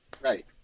Right